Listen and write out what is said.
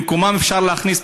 במקומם אפשר להכניס,